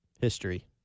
history